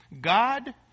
God